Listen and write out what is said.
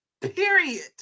period